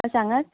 आं सांगात